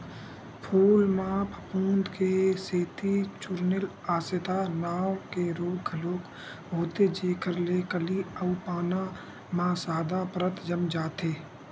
फूल म फफूंद के सेती चूर्निल आसिता नांव के रोग घलोक होथे जेखर ले कली अउ पाना म सादा परत जम जाथे